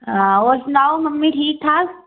हां होर सनाओ मम्मी ठीक ठाक